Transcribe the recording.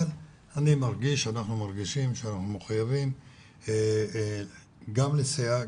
אנחנו מרגישים שאנחנו מחויבים גם לסייע,